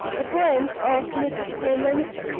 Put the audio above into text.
the poems of mrs. hemans,